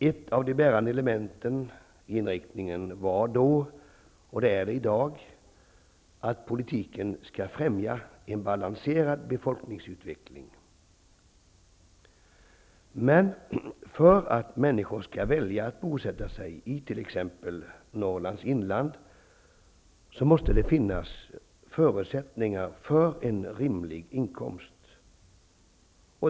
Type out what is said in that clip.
Ett av de bärande argumenten i inriktningen var då, och är det i dag, att politiken skall främja en balanserad befolkningsutveckling. Men för att människor skall välja att bosätta sig i t.ex. Norrlands inland måste det finnas förutsättningar för en rimlig inkomst.